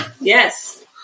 Yes